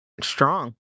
strong